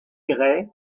gray